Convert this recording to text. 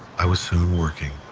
i was soon working.